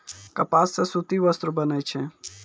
कपास सॅ सूती वस्त्र बनै छै